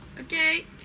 okay